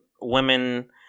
women